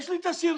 יש לי את הסרטון